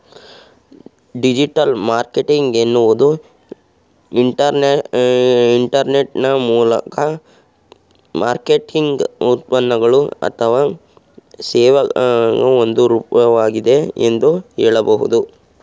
digital marketing ಎನ್ನುವುದು internet ಮೂಲಕ marketing ಉತ್ಪನ್ನಗಳು ಅಥವಾ ಸೇವೆಗಳ ಒಂದು ರೂಪವಾಗಿದೆ ಎಂದು ಹೇಳಬಹುದು